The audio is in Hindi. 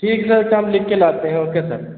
ठीक सर तो हम लिखकर लाते हैं ओके सर